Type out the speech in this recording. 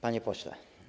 Panie Pośle!